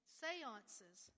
seances